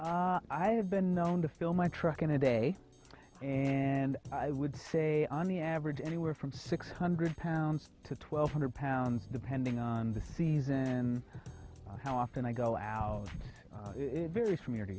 you i have been known to fill my truck in a day and i would say on the average anywhere from six hundred pounds to twelve hundred pounds depending on the season then how often i go out varies from year to